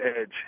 edge